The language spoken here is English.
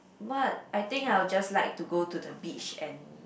but I think I'll just like to go to the beach and